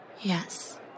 Yes